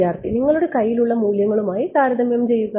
വിദ്യാർത്ഥി നിങ്ങളുടെ കയ്യിൽ ഉള്ള മൂല്യങ്ങളുമായി താരതമ്യം ചെയ്യുക